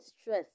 stress